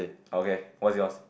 okay what's yours